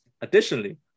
additionally